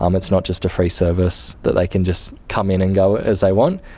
um it's not just a free service that they can just come in and go as they want.